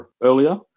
earlier